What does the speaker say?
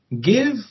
Give